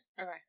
Okay